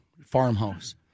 farmhouse